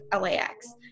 LAX